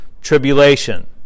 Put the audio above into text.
tribulation